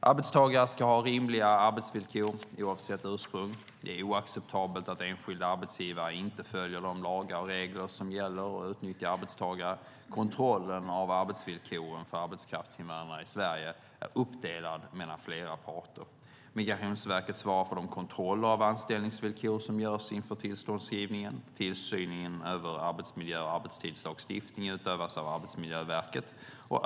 Arbetstagare ska ha rimliga arbetsvillkor, oavsett ursprung. Det är oacceptabelt att enskilda arbetsgivare inte följer de lagar och regler som gäller och utnyttjar arbetstagare. Kontrollen av arbetsvillkoren för arbetskraftsinvandrare i Sverige är uppdelad mellan flera parter. Migrationsverket svarar för de kontroller av anställningsvillkor som görs inför tillståndsgivningen. Tillsynen över arbetsmiljö och arbetstidslagstiftning utövas av Arbetsmiljöverket.